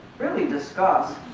really discuss